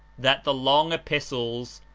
that the long epistles,